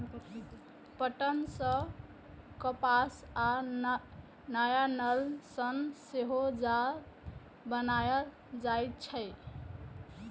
पटसन, कपास आ नायलन सं सेहो जाल बनाएल जाइ छै